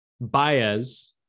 Baez